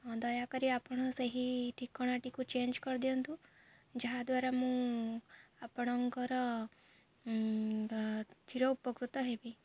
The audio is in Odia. ହଁ ଦୟାକରି ଆପଣ ସେହି ଠିକଣାଟିକୁ ଚେଞ୍ଜ କରିଦିଅନ୍ତୁ ଯାହାଦ୍ୱାରା ମୁଁ ଆପଣଙ୍କର ଚିର ଉପକୃତ ହେବି